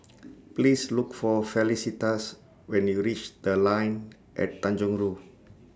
Please Look For Felicitas when YOU REACH The Line At Tanjong Rhu